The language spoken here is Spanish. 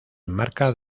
enmarca